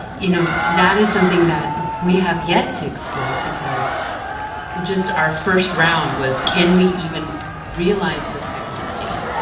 you know that is something that we have yet to explore, because just our first round was, can we even realize this technology?